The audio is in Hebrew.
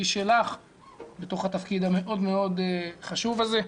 שלך בתוך התפקיד המאוד-מאוד חשוב הזה.